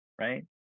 right